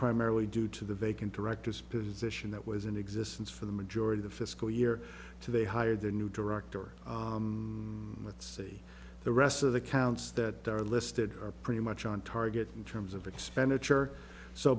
primarily due to the vacant directors position that was in existence for the majority the fiscal year two they hired a new director let's see the rest of the counts that are listed are pretty much on target in terms of expenditure so